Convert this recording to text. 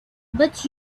but